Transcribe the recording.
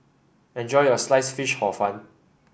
enjoy your Sliced Fish Hor Fun